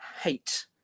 hate